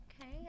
Okay